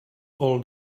all